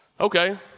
Okay